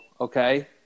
okay